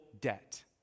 debt